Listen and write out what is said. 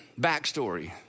backstory